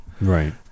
Right